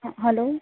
hello